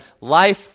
life